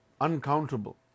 uncountable